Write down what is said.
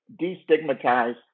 destigmatize